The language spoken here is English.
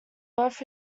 both